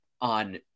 on